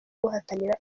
guhatanira